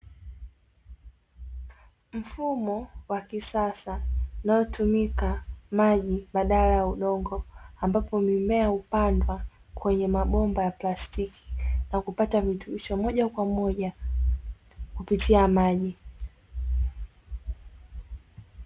Mfumo wakisasa unaotumika maji badala ya udongo, ambapo mimea hupandwa katika mabomba ya plastiki na kupata virutubisho moja kwa moja kupitia maji.